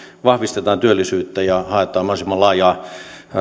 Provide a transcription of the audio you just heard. vahvistetaan työllisyyttä ja haetaan mahdollisimman laajaa